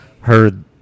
heard